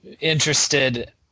interested